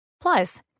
plus